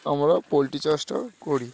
আমরা পোলট্রি চাষটা করি